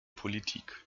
politik